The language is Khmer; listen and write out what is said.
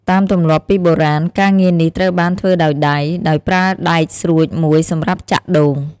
តាមទម្លាប់ពីបុរាណ ការងារនេះត្រូវបានធ្វើដោយដៃ ដោយប្រើដែកស្រួចមួយសម្រាប់ចាក់ដូង។